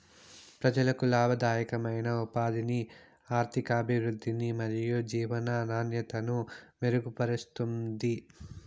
ప్రజలకు లాభదాయకమైన ఉపాధిని, ఆర్థికాభివృద్ధిని మరియు జీవన నాణ్యతను మెరుగుపరుస్తుంది